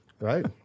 Right